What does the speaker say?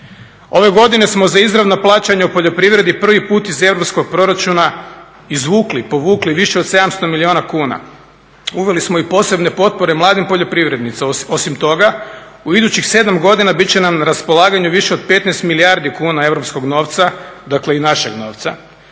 Ove godine smo za izravna plaćanja u poljoprivredi prvi put iz europskog proračuna izvukli, povukli više od 700 milijuna kuna. Uveli smo i posebne potpore mladim poljoprivrednicima. Osim toga, u idućih 7 godina bit će nam na raspolaganju više od 15 milijardi kuna europskog novca, dakle i našeg novca